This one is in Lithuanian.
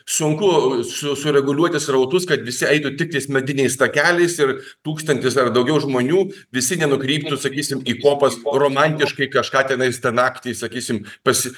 sunku su sureguliuoti srautus kad visi eitų tiktais mediniais takeliais ir tūkstantis ar daugiau žmonių visi nenukryptų sakysim į kopas o romantiškai kažką tenais ten naktį sakysim pasi